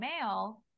male